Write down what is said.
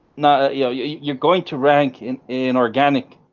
now yeah yeah you're going to rank in, in organic.